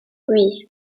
oui